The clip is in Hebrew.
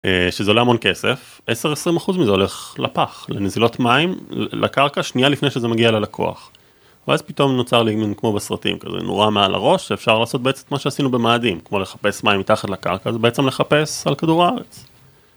שזה עולה המון כסף, 10-20% מזה הולך לפח, לנזילות מים, לקרקע, שנייה לפני שזה מגיע ללקוח. ואז פתאום נוצר, כמו בסרטים כזה, נורה מעל הראש, שאפשר לעשות בעצם מה שעשינו במאדים, כמו לחפש מים מתחת לקרקע, זה בעצם לחפש על כדור הארץ.